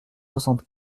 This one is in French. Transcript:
soixante